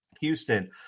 Houston